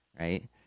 Right